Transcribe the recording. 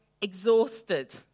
exhausted